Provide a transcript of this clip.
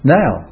now